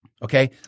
Okay